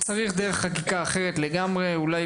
צריך לעשות את זה דרך חקיקה אחרת לגמרי; אולי